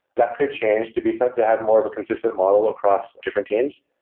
that could change to be something to have more of a consistent model across different teams.